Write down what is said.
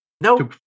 No